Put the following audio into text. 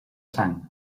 sang